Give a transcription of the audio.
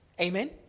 Amen